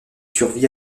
survit